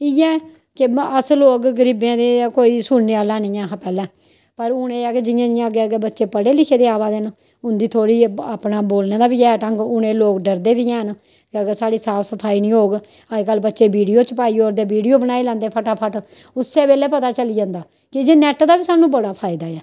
इ'यां अस लोग गरीबें दी कोई सुनने आह्ला निं हा पैह्लें पर हून एह् ऐ कि जि'यां जि'यां बच्चे हून अग्गें पढे़ लिखे दे आवा दे न उं'दी थोह्ड़ी अपना बोलने दा बी ढंग हून एह् लोक डरदे बी हैन अगर साढ़ी साफ सफाई निं होग अजकल बच्चे विडिओ पाई ओड़दे विडिओ बनाई लैंदे फटाफट उस्सै ले पता चली जंदा कि जे नैट्ट दा बी स्हान्नूं बड़ा फायदा ऐ